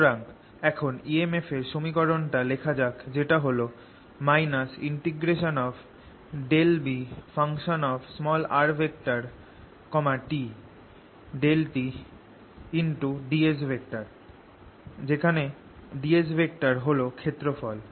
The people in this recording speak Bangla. সুতরাং এখন EMF এর সমীকরণটা লেখা যাক যেটা হল - ∂Brt∂tds যেখানে ds হল ক্ষেত্রফল